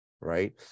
right